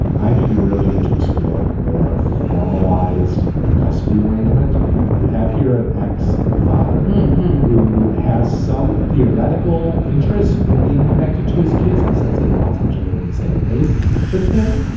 i think you really need to explore a more formalized custody arrangement you have here an ex a father who has some theoretical interest in being connected to his kids in the sense that he wants them to live in the same place with him.